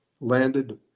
landed